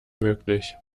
möglich